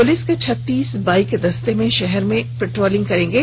police के छत्तीस bike दस्ते में शहर में पेट्रोलिंग करेंगे